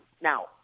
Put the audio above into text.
Now